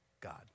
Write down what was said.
God